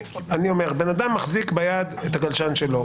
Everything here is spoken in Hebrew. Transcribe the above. בן אדם מחזיק ביד את הגלשן שלו,